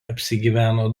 apsigyveno